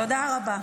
תודה רבה.